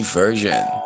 version